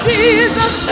Jesus